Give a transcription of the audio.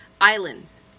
islands